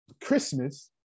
Christmas